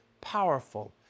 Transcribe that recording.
powerful